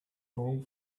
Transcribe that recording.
ball